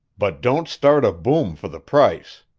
but don't start a boom for the price.